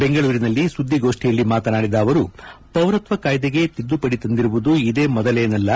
ಬೆಂಗಳೂರಿನಲ್ಲಿ ಸುದ್ದಿಗೋಷ್ಠಿಯಲ್ಲಿ ಮಾತನಾಡಿದ ಅವರು ಪೌರತ್ವ ಕಾಯ್ದೆಗೆ ತಿದ್ದುಪಡಿ ತಂದಿರುವುದು ಇದೇ ಮೊದಲೇನಲ್ಲ